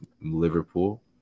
liverpool